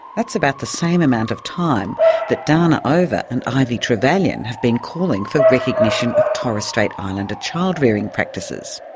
that's about the same amount of time that dana ober and ivy trevallion have been calling for recognition of torres strait islander child rearing practices.